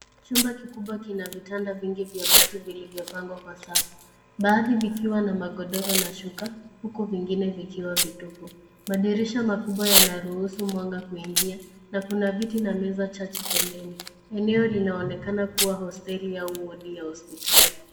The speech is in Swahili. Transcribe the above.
Chumba kikubwa kina vitanda vingi vya bati vilivyopangwa kwa safu, baadhi vikiwa na magodoro na shuka, huku vingine vikiwa vitupu. Madirisha makubwa yanaruhusu mwanga kuingia na kuna viti na meza chache pembeni. Eneo linaonekana kuwa hosteli au wodi ya hospitali.